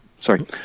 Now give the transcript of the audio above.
Sorry